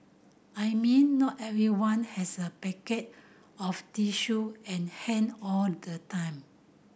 I mean not everyone has a packet of tissue at hand all the time